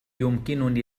يمكنني